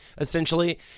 essentially